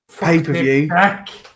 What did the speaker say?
pay-per-view